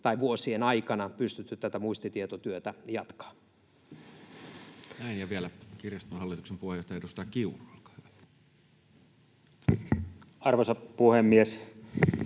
tai -vuosien aikana pystytty tätä muistitietotyötä jatkamaan? Näin. — Ja vielä kirjaston hallituksen puheenjohtaja, edustaja Kiuru, olkaa hyvä. Arvoisa puhemies!